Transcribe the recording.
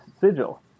sigil